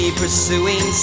pursuing